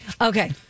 Okay